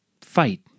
fight